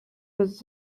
was